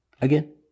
again